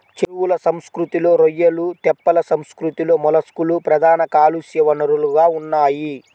చెరువుల సంస్కృతిలో రొయ్యలు, తెప్పల సంస్కృతిలో మొలస్క్లు ప్రధాన కాలుష్య వనరులుగా ఉన్నాయి